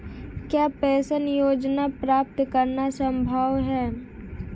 क्या पेंशन योजना प्राप्त करना संभव है?